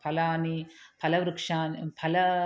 फलानि फलवृक्षाणि फल